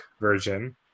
version